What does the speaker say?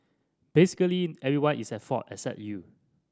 basically everyone is at fault except you